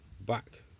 back